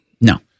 No